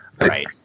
Right